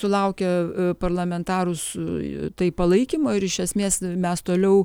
sulaukia parlamentarų su tai palaikymo ir iš esmės mes toliau